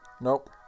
nope